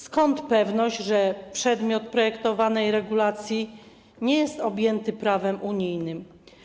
Skąd pewność, że przedmiot projektowanej regulacji nie jest objęty prawem unijnym?